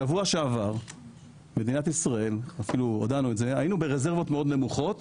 בשבוע שעבר מדינת ישראל היינו ברזרבות מאוד נמוכות